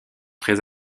très